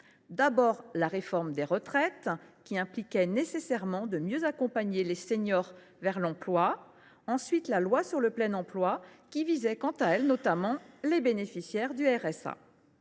part, la réforme des retraites, qui impliquait nécessairement de mieux accompagner les seniors vers l’emploi, d’autre part, la loi pour le plein emploi, qui visait notamment les bénéficiaires du RSA.